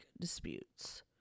disputes